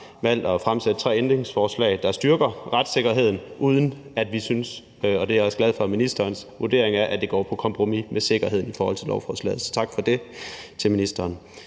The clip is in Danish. valgt at fremsætte tre ændringsforslag, der styrker retssikkerheden, uden at vi synes – det er jeg også glad for ministerens vurdering af – det går på kompromis med sikkerheden i forhold til lovforslaget, så tak for det til ministeren.